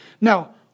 Now